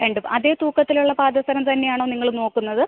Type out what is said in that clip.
രണ്ട് അതേ തൂക്കത്തിലുള്ള പാദസരം തന്നെയാണോ നിങ്ങൾ നോക്കുന്നത്